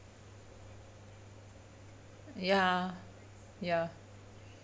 ya ya